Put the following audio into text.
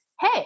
hey